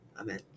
Amen